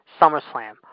SummerSlam